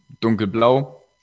dunkelblau